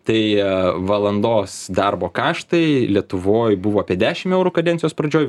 tai valandos darbo kaštai lietuvoj buvo apie dešim eurų kadencijos pradžioj